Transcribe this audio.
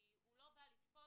כי הוא לא בא לצפות,